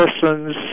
persons